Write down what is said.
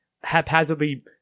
haphazardly